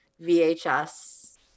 VHS